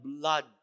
blood